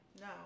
No